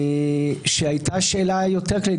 הייתה שאלה יותר כללית,